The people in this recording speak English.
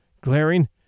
glaring